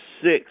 six